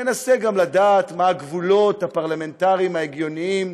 מנסה גם לדעת מה הגבולות הפרלמנטריים ההגיוניים.